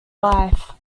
life